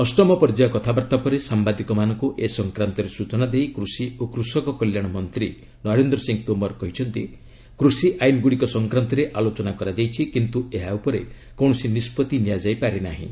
ଅଷ୍ଟମ ପର୍ଯ୍ୟାୟ କଥାବାର୍ତ୍ତା ପରେ ସାମ୍ବାଦିକମାନଙ୍କୁ ଏ ସଂକ୍ରାନ୍ତରେ ସୂଚନା ଦେଇ କୃଷି ଓ କୃଷକ କଲ୍ୟାଣ ମନ୍ତ୍ରୀ ନରେନ୍ଦ୍ର ସିଂହ ତୋମର କହିଚ୍ଚନ୍ତି କୃଷି ଆଇନ୍ ଗୁଡ଼ିକ ସଂକ୍ରାନ୍ତରେ ଆଲୋଚନା କରାଯାଇଛି କିନ୍ତୁ ଏହା ଉପରେ କୌଣସି ନିଷ୍ପଭି ନିଆଯାଇପାରି ନାହିଁ